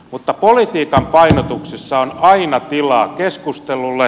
mutta politiikan painotuksissa on aina tilaa keskustelulle